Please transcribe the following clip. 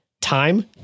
time